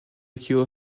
cure